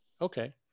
Okay